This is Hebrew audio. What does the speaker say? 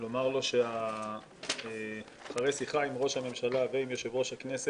נדמה לי שאפילו מדינות עולם שלישי לא חוקקו חוק כזה.